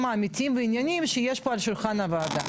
האמיתיים בעניינים שיש פה על שולחן הוועדה.